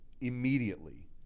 immediately